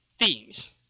themes